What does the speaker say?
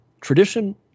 Tradition